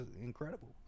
incredible